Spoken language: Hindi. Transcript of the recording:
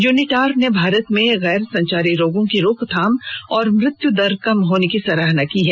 यूनिटार ने भारत में गैर संचारी रोगों की रोकथाम और मृत्यु दर कम होने की सराहना की है